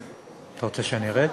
אתה רוצה שאני ארד?